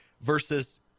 versus